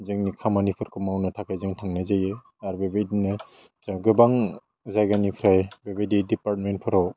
जोंनि खामानिफोरखौ मावनो थाखाय जों थांनाय जायो आर बेबायदिनो जों गोबां जायगानिफ्राय बेबायदि दिफारमेन्टफोराव